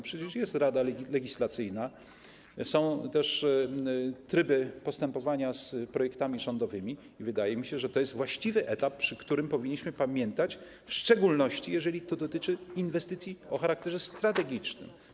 Przecież jest Rada Legislacyjna, są też tryby postępowania z projektami rządowymi i wydaje mi się, że to jest właściwy etap, o którym powinniśmy pamiętać, w szczególności jeżeli to dotyczy inwestycji o charakterze strategicznym.